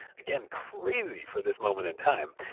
again, crazy for this moment in time.